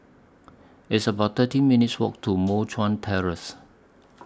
It's about thirteen minutes' Walk to Moh Cuan Terrace